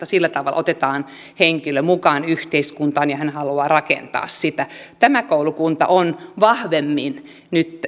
sillä tavalla otetaan henkilö mukaan yhteiskuntaan ja hän haluaa rakentaa sitä tämä koulukunta on vahvemmin